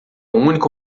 único